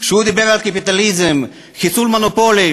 הוא דיבר על קפיטליזם, חיסול מונופולים.